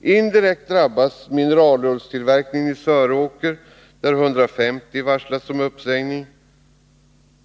Indirekt drabbas mineralullstillverkningen i Söråker, där 150 har varslats om uppsägning.